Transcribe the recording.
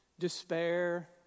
Despair